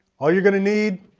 all you're going to need